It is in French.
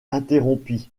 interrompit